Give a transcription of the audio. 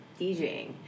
djing